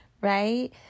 right